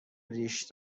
ریش